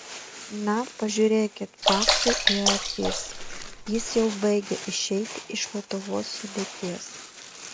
na pažiūrėkit paksiui į akis jis jau baigia išeiti iš lietuvos sudėties